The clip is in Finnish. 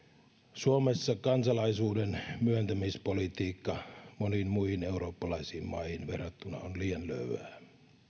suomessa kansalaisuuden myöntämispolitiikka moniin muihin eurooppalaisiin maihin verrattuna on liian löyhää